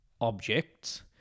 objects